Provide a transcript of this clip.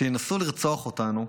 שינסו לרצוח אותנו,